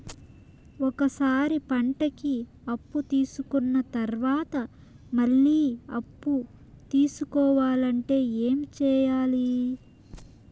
ఒక సారి పంటకి అప్పు తీసుకున్న తర్వాత మళ్ళీ అప్పు తీసుకోవాలంటే ఏమి చేయాలి?